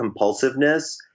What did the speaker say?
compulsiveness